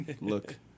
Look